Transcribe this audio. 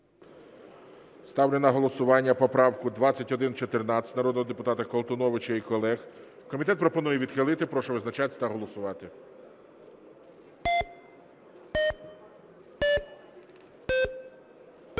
Ставлю на голосування поправку 2114 народного депутата Колтуновича і колег. Комітет пропонує відхилити. Прошу визначатися та голосувати.